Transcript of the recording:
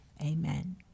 amen